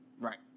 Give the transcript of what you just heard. Right